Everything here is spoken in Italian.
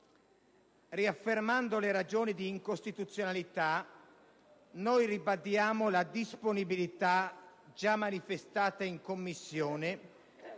Riaffermando le ragioni di incostituzionalità, noi ribadiamo la disponibilità, già manifestata in Commissione,